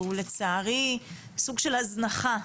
שלצערי הוא סוג של הזנחה,